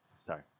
Sorry